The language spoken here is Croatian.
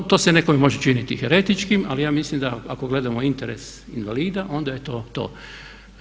No, to se nekome može činiti heretičkim ali ja mislim da ako gledamo interes invalida onda je to to.